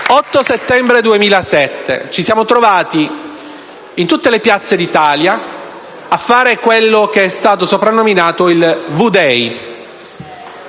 l'8 settembre 2007 ci siamo trovati in tutte le piazze d'Italia in quello che è stato soprannominato il «*V-day».*